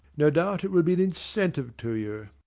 no doubt it will be an incentive to you